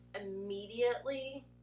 immediately